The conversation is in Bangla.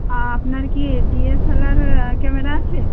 আর আপনার কি এ D S L R camera আছে